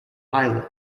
islands